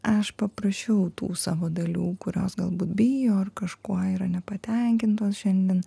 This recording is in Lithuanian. aš paprašiau tų savo dalių kurios galbūt bijo kažkuo yra nepatenkintos šiandien